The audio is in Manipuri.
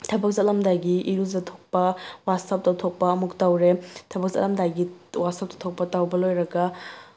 ꯊꯕꯛ ꯆꯠꯂꯝꯗꯥꯏꯒꯤ ꯏꯔꯨꯖꯊꯣꯛꯄ ꯋꯥꯁꯑꯞ ꯇꯧꯊꯣꯛꯄ ꯑꯃꯨꯛ ꯇꯧꯔꯦ ꯊꯕꯛ ꯆꯠꯂꯝꯗꯥꯏꯒꯤ ꯋꯥꯁꯑꯞ ꯇꯧꯊꯣꯛꯄ ꯇꯧꯕ ꯂꯣꯏꯔꯒ